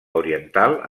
oriental